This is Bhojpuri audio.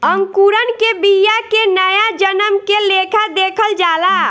अंकुरण के बिया के नया जन्म के लेखा देखल जाला